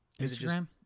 Instagram